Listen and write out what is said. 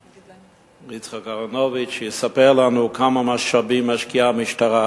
יצחק אהרונוביץ ויספר לנו כמה משאבים משקיעה המשטרה